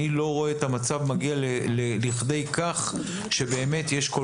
אני לא רואה את המצב מגיע לכדי כך שבאמת יש כל